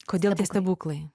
kodėl tie stebuklai